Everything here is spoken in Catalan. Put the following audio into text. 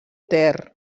ter